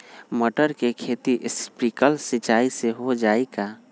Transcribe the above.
मटर के खेती स्प्रिंकलर सिंचाई से हो जाई का?